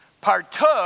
partook